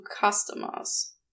customers